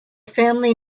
family